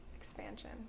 expansion